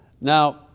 Now